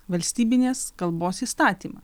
valstybinės kalbos įstatymą